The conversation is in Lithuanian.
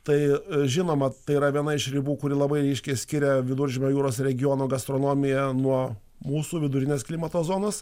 tai žinoma tai yra viena iš ribų kuri labai ryškiai skiria viduržemio jūros regiono gastronomiją nuo mūsų vidurinės klimato zonos